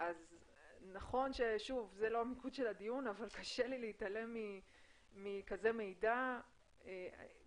נכון שזה לא נושא הדיון אבל קשה לי להתעלם ממידע שכזה.